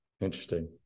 Interesting